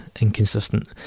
inconsistent